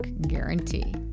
guarantee